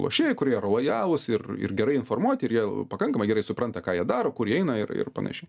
lošėjų kurie yra lojalūs ir ir gerai informuoti ir jie pakankamai gerai supranta ką jie daro kur jie eina ir ir panašiai